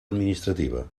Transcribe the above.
administrativa